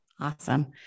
Awesome